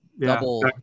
Double